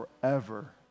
forever